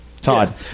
Todd